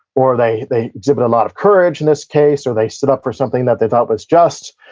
or they they exhibit a lot of courage in this case, or they stood up for something that they thought was just.